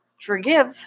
Forgive